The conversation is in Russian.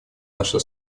наше